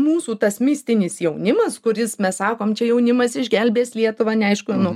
mūsų tas mistinis jaunimas kuris mes sakom čia jaunimas išgelbės lietuvą neaišku nuo